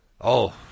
Oh